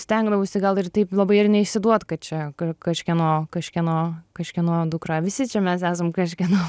stengdavausi gal ir taip labai ir neišsiduot kad čia kažkieno kažkieno kažkieno dukra visi čia mes esam kažkieno